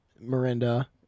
Miranda